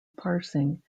parsing